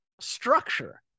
structure